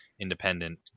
independent